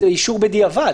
הן באישור בדיעבד.